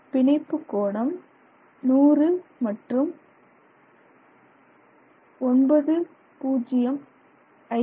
பிணைப்பு கோணம் 100 மற்றும் 9